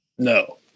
No